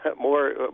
more